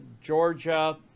Georgia